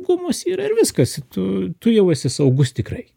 gumus ir ar viskas į tu tu jau esi saugus tikrai